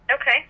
Okay